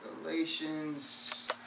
Galatians